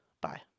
Bye